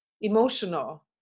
emotional